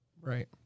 right